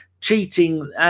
cheating